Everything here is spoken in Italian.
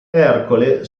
ercole